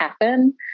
happen